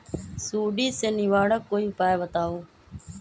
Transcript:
सुडी से निवारक कोई उपाय बताऊँ?